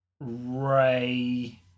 Ray